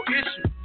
issues